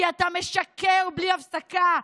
כי אתה משקר בלי הפסקה.